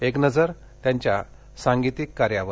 एक नजर त्यांच्या सांगितीक कार्यावर